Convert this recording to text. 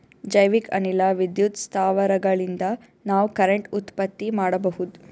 ಜೈವಿಕ್ ಅನಿಲ ವಿದ್ಯುತ್ ಸ್ಥಾವರಗಳಿನ್ದ ನಾವ್ ಕರೆಂಟ್ ಉತ್ಪತ್ತಿ ಮಾಡಬಹುದ್